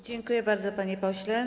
Dziękuję bardzo, panie pośle.